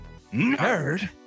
nerd